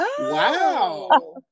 Wow